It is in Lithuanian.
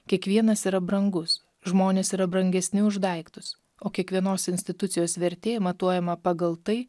kiekvienas yra brangus žmonės yra brangesni už daiktus o kiekvienos institucijos vertė matuojama pagal tai